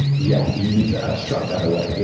yeah, you need to abstract that away.